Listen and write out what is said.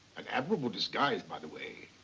an admirable disguise by the way.